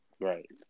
right